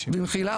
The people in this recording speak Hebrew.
במחילה,